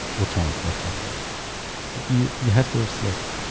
what time roughly? um you you have to have slipped.